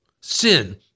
Sin